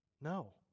No